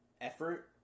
effort